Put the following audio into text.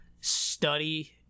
study